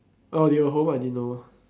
oh they were home I didn't know